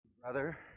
Brother